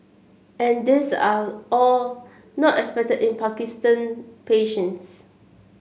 and these are all not unexpected in Parkinson patients